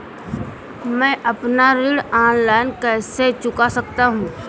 मैं अपना ऋण ऑनलाइन कैसे चुका सकता हूँ?